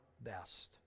best